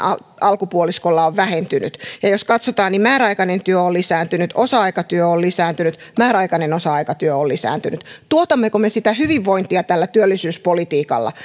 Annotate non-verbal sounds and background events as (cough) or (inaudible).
alkupuoliskolla on vähentynyt ja jos katsotaan niin määräaikainen työ on lisääntynyt osa aikatyö on lisääntynyt määräaikainen osa aikatyö on lisääntynyt tuotammeko me sitä hyvinvointia tällä työllisyyspolitiikalla (unintelligible)